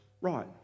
right